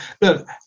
Look